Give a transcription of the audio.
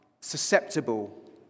susceptible